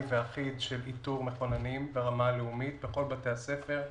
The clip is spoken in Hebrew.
ואחיד של איתור מחוננים ברמה הלאומית בכל בתי הספר,